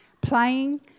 playing